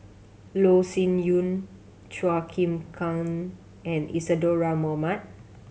Loh Sin Yun Chua Chim Kang and Isadhora Mohamed